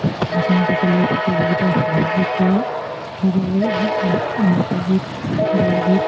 function পাতিলে প্ৰতিযোগিতা সহযোগ কৰে সেইদৰে লোকগীত বৰগীত